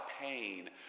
pain